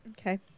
Okay